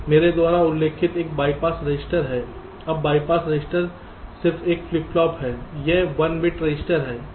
मेरे द्वारा उल्लिखित एक BYPASS रजिस्टर है अब BYPASS रजिस्टर सिर्फ एक फ्लिप फ्लॉप है यह 1 बिट रजिस्टर है